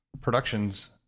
production's